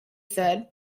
said